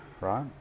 right